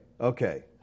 Okay